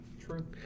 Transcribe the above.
True